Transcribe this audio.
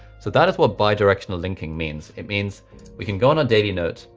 so that is what bi-directional linking means. it means we can go on our daily notes.